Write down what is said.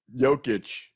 Jokic